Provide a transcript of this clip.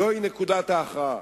זוהי נקודת ההכרעה.